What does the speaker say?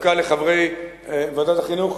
דווקא לחברי ועדת החינוך.